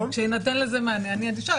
כשיינתן לזה מענה אני אדישה,